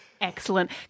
excellent